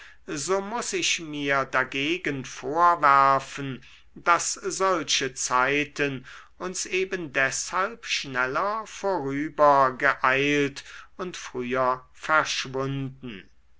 so muß ich mir dagegen vorwerfen daß solche zeiten uns eben deshalb schneller vorübergeeilt und früher verschwunden